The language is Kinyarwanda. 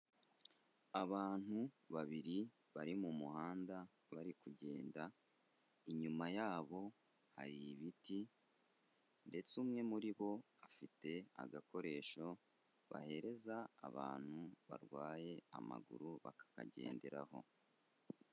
Abantu babiri bari mu muhanda bari kugenda; inyuma yabo hari ibiti ndetse umwe muri bo afite agakoresho bahereza abantu barwaye amaguru, bakakagenderaho.